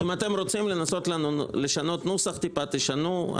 אם אתם רוצים לנסות לשנות נוסח טיפה, תשנו.